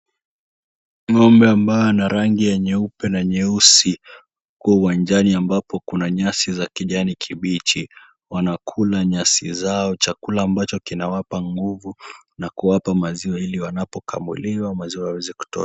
Ng'ombe ambaye ana rangi ya nyeupe na nyeusi, huwa uwanjani ambapo kuna nyasi za kijani kibichi wanakula nyasi zao chakula ambacho kinawapa nguvu na kuwapa maziwa ili wanapokamuliwa maziwa waweze kutoa.